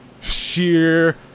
sheer